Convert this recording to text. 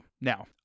Now